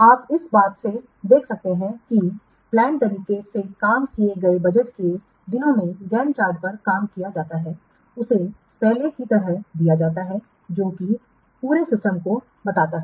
आप इस बात से देख सकते हैं कि जिस योजनाबद्ध तरीके से काम किए गए बजट के दिनों में गैंट चार्ट पर काम किया जाता है उसे पहले की तरह दिया जाता है जो कि पूरे सिस्टम को बताता है